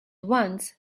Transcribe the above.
once